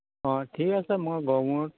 অঁ ঠিক আছে মই গড়মুড়